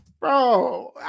Bro